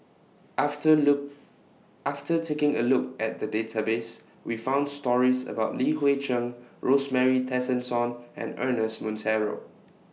after after taking A Look At The Database We found stories about Li Hui Cheng Rosemary Tessensohn and Ernest Monteiro